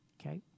Okay